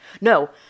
No